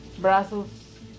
Brazos